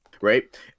Right